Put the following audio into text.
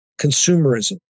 consumerism